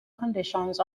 conditions